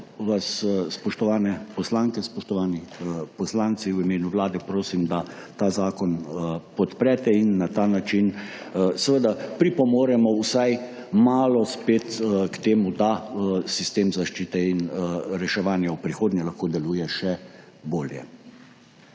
vas spoštovane poslanke, spoštovani poslanci, v imenu Vlade prosim, da ta zakon podprete in na ta način seveda pripomoremo vsaj malo spet k temu, da sistem zaščite in reševanja v prihodnje lahko deluje še bolje.